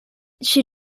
she